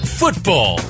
football